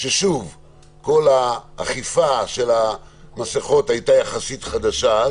כשכל האכיפה של המסכות הייתה יחסית חדשה אז.